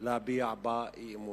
להביע בה אי-אמון.